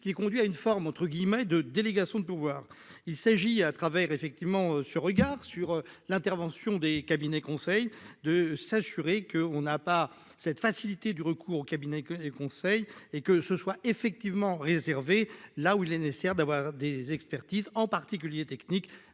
qui conduit à une forme entre guillemets de délégation de pouvoir, il s'agit, à travers effectivement ce regard sur l'intervention des cabinets conseil de s'assurer que, on n'a pas cette facilité du recours aux cabinets que et conseils et que ce soit effectivement réservée, là où il est nécessaire d'avoir des expertises en particulier techniques